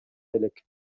элек